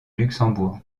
luxembourg